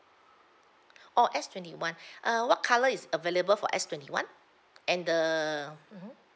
oh S twenty one uh what colour is available for S twenty one and the mmhmm